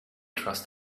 trust